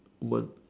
one